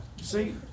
See